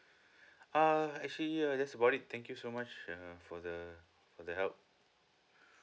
uh actually uh that's about it thank you so much uh for the for the help